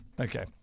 Okay